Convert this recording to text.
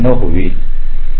होईल